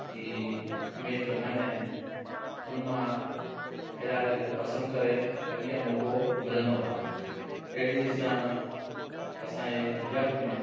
जी match रमाईंदा आहिनि हुन मां खिलाड़ी खे पसंदि करे अॻियां मौको मिलंदो आहे अहिड़ी रीति सां असांजे गुजरात में